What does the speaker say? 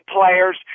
players